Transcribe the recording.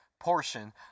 portion